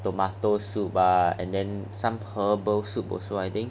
tomato soup ah and then some herbal soup also I think